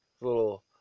little